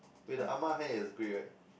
wait the ah ma hair is grey right